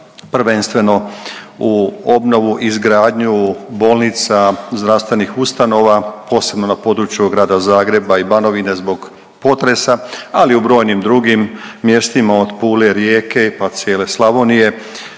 prvenstveno u obnovu i izgradnju bolnica i zdravstvenih ustanova, posebno na području Grada Zagreba i Banovine zbog potresa, ali i u brojnim drugim mjestima od Pule, Rijeke, pa cijele Slavonije,